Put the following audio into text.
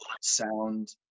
sound